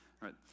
right